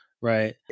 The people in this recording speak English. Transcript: right